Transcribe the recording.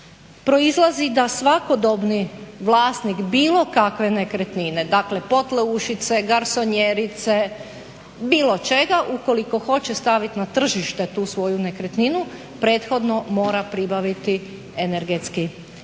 Proizlazi da svakodobni vlasnik bilo kakve nekretnine, dakle potleušice, garsonjerice, bilo čega ukoliko hoće staviti na tržište tu svoju nekretninu prethodno mora pribaviti energetski